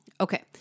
Okay